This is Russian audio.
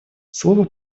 слово